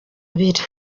abira